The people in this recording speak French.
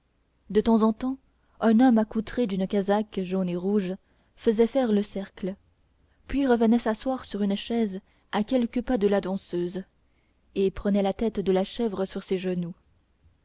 de temps en temps un homme accoutré d'une casaque jaune et rouge faisait faire le cercle puis revenait s'asseoir sur une chaise à quelques pas de la danseuse et prenait la tête de la chèvre sur ses genoux